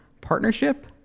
partnership